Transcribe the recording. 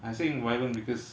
I'd say violent because